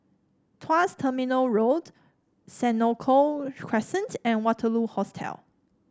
Tuas Terminal Road Senoko Crescent and Waterloo Hostel